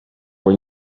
were